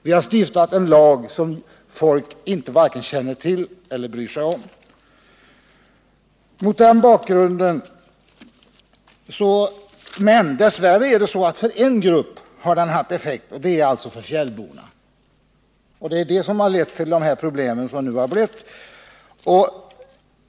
Vi har stiftat en lag som folk varken känner till eller bryr sig om. Dess värre har den haft effekt för en grupp, nämligen för fjällborna. Det har lett till det problem som nu har uppstått.